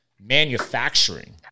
manufacturing